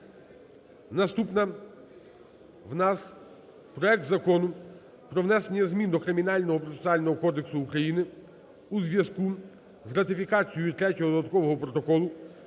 Наступне у нас, проект Закону про внесення змін до Кримінального процесуального кодексу України у зв'язку з ратифікацією Третього додаткового протоколу